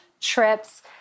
trips